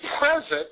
present